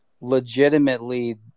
legitimately